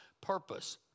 purpose